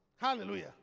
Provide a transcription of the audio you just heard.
Hallelujah